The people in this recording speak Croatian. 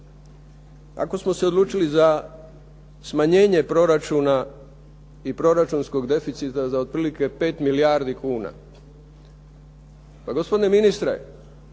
Ako smo se odlučili za smanjenje proračuna i proračunskog deficita za otprilike 5 milijardi kuna. pa gospodine ministre,